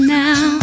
now